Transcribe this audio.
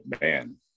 man